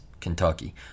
Kentucky